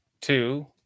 Two